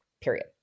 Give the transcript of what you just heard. period